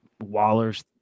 Waller's